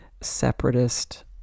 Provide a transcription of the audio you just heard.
separatist